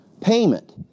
payment